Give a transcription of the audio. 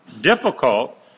difficult